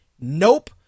nope